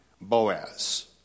Boaz